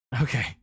okay